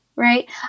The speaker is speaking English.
right